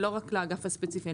ולא רק לאגף הספציפי.